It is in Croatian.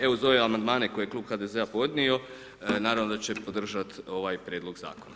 Evo uz ove amandmane koje je Klub HDZ-a podnio, naravno da će podržat ovaj Prijedlog Zakona.